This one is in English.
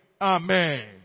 Amen